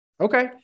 Okay